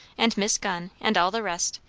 and miss gunn, and all the rest,